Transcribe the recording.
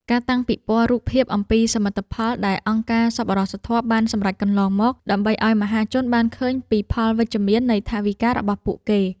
ការតាំងពិព័រណ៍រូបភាពអំពីសមិទ្ធផលដែលអង្គការសប្បុរសធម៌បានសម្រេចកន្លងមក ដើម្បីឱ្យមហាជនបានឃើញពីផលវិជ្ជមាននៃថវិការបស់ពួកគេ។